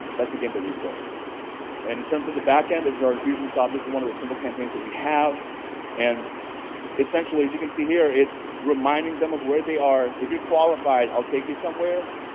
that's the game that we play and in terms of the back end, this is our infusionsoft. this is one of the simple campaigns that we have and essentially, as you can see here, it's reminding them of where they are. if you're qualified, i'll take you somewhere.